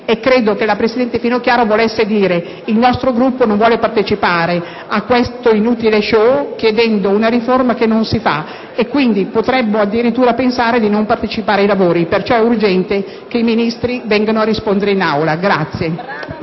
Credo che la presidente Finocchiaro volesse dire che il nostro Gruppo non vuole partecipare a questo inutile *show* chiedendo una riforma che non si farà. Pertanto, potremmo addirittura pensare di non partecipare ai lavori. È urgente quindi che i Ministri vengano a rispondere in Aula.